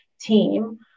team